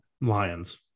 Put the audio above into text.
Lions